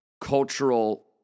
cultural